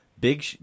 Big